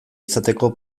izateko